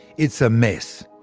it's a mess!